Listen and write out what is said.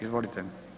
Izvolite.